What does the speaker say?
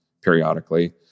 periodically